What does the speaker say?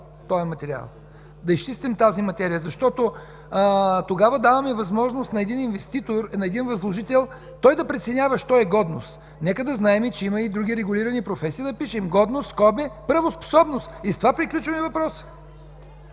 този материал, да изчистим тази материя? Защото тогава даваме възможност на един възложител да преценява що е годност. Нека да знаем, че има и други регулирани професии и да пишем „годност”, в скоби „правоспособност” и с това приключваме въпроса.